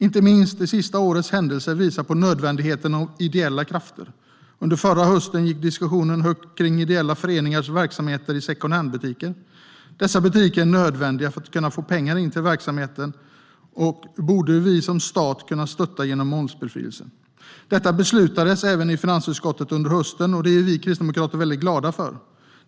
Inte minst det sista årets händelser visar på nödvändigheten av ideella krafter. Under förra hösten gick diskussionen högt kring ideella föreningars verksamheter i secondhandbutiker. Dessa butiker är nödvändiga för att få pengar till verksamheten, och det borde vi som stat kunna stötta genom momsbefrielse. Detta beslutades även i finansutskottet under hösten, och det är vi kristdemokrater glada för.